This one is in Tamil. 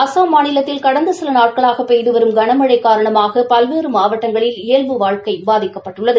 அஸ்ஸாம் மாநிலத்தில் கடந்த சில நாட்களாக பெய்து வரும் கன மழை காரணமாக பல்வேறு மாவட்டங்களில் இயல்பு வாழ்க்கை பாதிக்கப்பட்டள்ளது